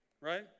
right